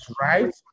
right